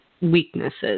weaknesses